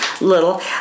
little